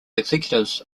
executives